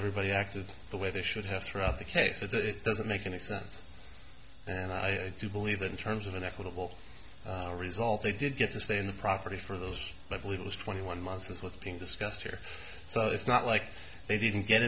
everybody acted the way they should have throughout the case so that it doesn't make any sense and i do believe that in terms of an equitable result they did get to stay in the property for those i believe it was twenty one months with being discussed here so it's not like they didn't get